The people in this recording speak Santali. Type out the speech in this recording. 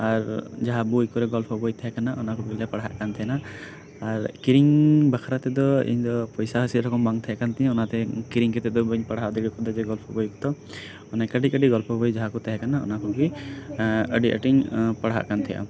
ᱮᱨ ᱡᱟᱦᱟᱸ ᱵᱳᱭ ᱠᱚᱨᱮ ᱜᱚᱞᱯᱚ ᱵᱳᱭ ᱛᱟᱦᱮᱸᱠᱟᱱᱟ ᱚᱱᱟ ᱠᱚᱜᱮ ᱞᱮ ᱯᱟᱲᱦᱟᱜ ᱠᱟᱱ ᱛᱟᱦᱮᱸᱱᱟ ᱟᱨ ᱠᱤᱨᱤᱧ ᱵᱟᱠᱷᱨᱟ ᱛᱮᱫᱚ ᱤᱧ ᱫᱚ ᱯᱚᱭᱥᱟ ᱦᱚᱸ ᱥᱮ ᱨᱚᱠᱚᱢ ᱵᱟᱝ ᱛᱟᱦᱮᱸ ᱠᱟᱱ ᱛᱤᱧᱟᱹ ᱚᱱᱟᱛᱮ ᱠᱤᱨᱤᱧ ᱠᱟᱛᱮ ᱫᱚ ᱵᱟᱹᱹ ᱯᱟᱹᱦᱟᱣ ᱫᱟᱲᱮᱣᱟᱠᱟᱫᱟ ᱜᱚᱞᱯᱚ ᱵᱳᱭ ᱠᱚᱫᱚ ᱠᱟᱹᱴᱤᱡᱼᱠᱟᱹᱴᱤᱡ ᱜᱚᱞᱯᱚ ᱵᱳᱭ ᱡᱟᱦᱟᱸ ᱠᱚ ᱛᱟᱦᱮᱸ ᱠᱟᱱᱟ ᱚᱱᱟ ᱠᱚᱜᱮ ᱟᱹᱰᱤ ᱟᱸᱴᱤᱧ ᱯᱟᱲᱦᱟᱜ ᱠᱟᱱ ᱛᱟᱦᱮᱸᱱᱟ